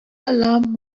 alarm